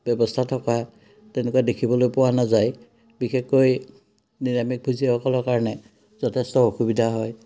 ব্যৱস্থা থকা তেনেকুৱা দেখিবলৈ পোৱা নাযায় বিশেষকৈ নিৰামিষ ভুজিসকলৰ কাৰণে যথেষ্ট অসুবিধা হয়